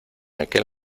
aquel